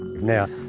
now,